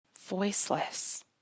Voiceless